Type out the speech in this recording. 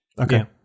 Okay